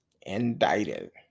indicted